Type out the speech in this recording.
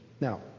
Now